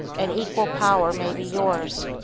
and equal power may be yours.